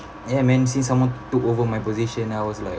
ya man seeing someone took over my position I was like